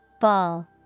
Ball